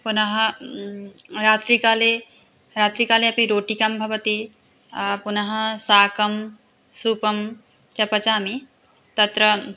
पुनः रात्रिकाले रात्रिकाले अपि रोटिका भवति पुनः शाकं सूपं च पचामि तत्र